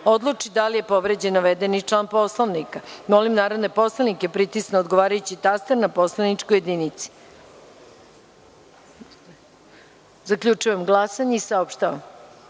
odluči da li je povređen navedeni član Poslovnika. Molim narodne poslanike da pritisnu odgovarajući taster na poslaničkoj jedinici. Zaključujem glasanje i saopštavam: